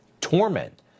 torment